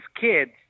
kids